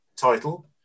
title